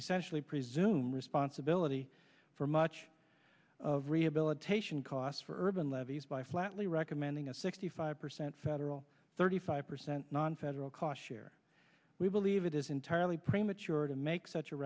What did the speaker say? essentially presume responsibility for much of rehabilitation costs for urban levies by flatly recommending a sixty five percent federal thirty five percent nonfederal cost share we believe it is entirely premature to make such a